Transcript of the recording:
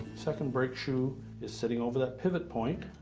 second brake shoe is sitting over that pivot point